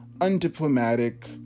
undiplomatic